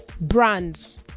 brands